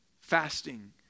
fasting